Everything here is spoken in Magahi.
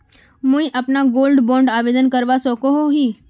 मुई अपना गोल्ड बॉन्ड आवेदन करवा सकोहो ही?